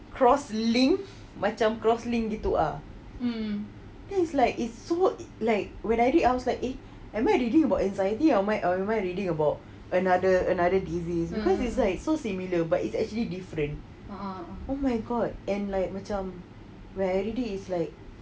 cross link macam cross link gitu ah it's like it's so like when I read like eh am I reading about anxiety or am I reading about another another disease because it's like so similar but it's actually different oh my god and like macam when I read it is like